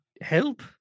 help